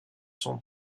son